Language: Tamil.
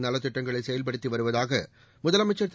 நலத்திட்டங்களை செயல்படுத்தி வருவதாக முதலமைச்சர் திரு